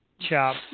Chop